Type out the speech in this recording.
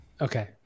Okay